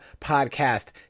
podcast